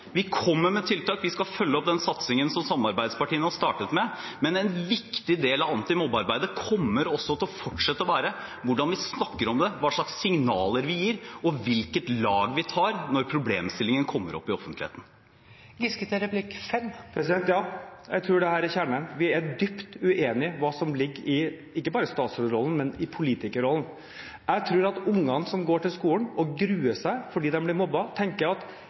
Vi kommer med tiltak. Vi skal følge opp den satsingen som samarbeidspartiene har startet med, men en viktig del av anti-mobbearbeidet kommer også til å fortsette å være hvordan vi snakker om det, hva slags signaler vi gir, og hvilket lag vi tar når problemstillingen kommer opp i offentligheten. Ja, jeg tror dette er kjernen – vi er dypt uenige om hva som ligger ikke bare i statsrådsrollen, men også i politikerrollen. Jeg tror at ungene som går til skolen og gruer seg fordi de blir mobbet, tenker: